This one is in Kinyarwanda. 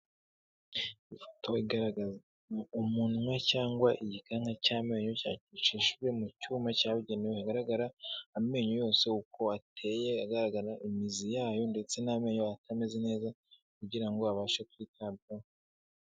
Ifoto igaragaza umunwa cyangwa igikanka cy'amenyo cyacishijwe mu cyuma cyabugenewe, hagaragara amenyo yose uko ateye, agaragara imizi yayo ndetse n'amenyo atameze neza kugira ngo abashe kwitabwaho.